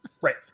right